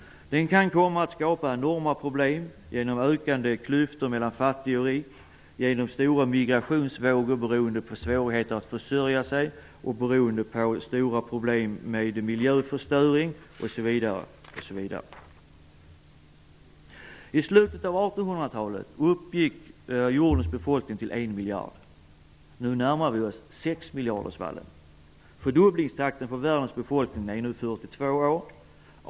Den kan komma att skapa enorma problem genom ökande klyftor mellan fattig och rik, genom stora migrationsvågor beroende på svårigheter med att försörja sig och beroende på stora problem med miljöförstöring osv. I slutet av 1800-talet uppgick jordens befolkning till en miljard människor. Nu närmar vi oss sexmiljardersvallen. Fördubblingstakten för världens befolkning är nu 42 år.